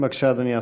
בבקשה, אדוני השר.